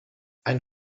ein